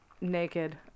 naked